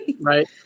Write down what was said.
Right